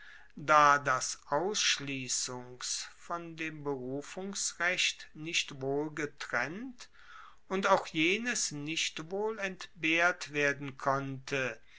da das ausschliessungs von dem berufungsrecht nicht wohl getrennt und auch jenes nicht wohl entbehrt werden konnte